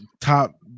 top